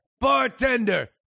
Bartender